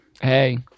Hey